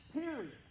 period